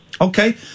Okay